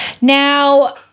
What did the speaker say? Now